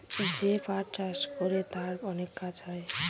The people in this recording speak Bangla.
যে পাট চাষ করে তার অনেক কাজ হয়